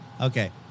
Okay